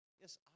yes